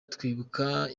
twibuka